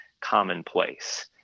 commonplace